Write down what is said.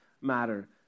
matter